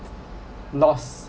lost